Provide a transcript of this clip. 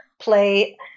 play